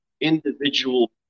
individual